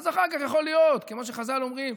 אז אחר כך יכול להיות כמו שחז"ל אומרים